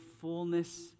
fullness